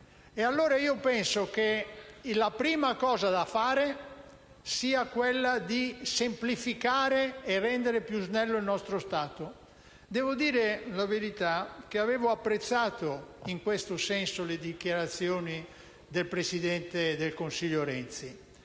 prevenzione. Penso che la prima cosa da fare, allora, sia semplificare e rendere più snello il nostro Stato. A dire la verità, avevo apprezzato in questo senso le dichiarazioni del presidente del Consiglio Renzi,